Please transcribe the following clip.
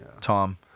Tom